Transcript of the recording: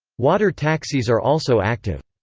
water taxis are also active.